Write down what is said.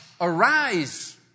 arise